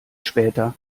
später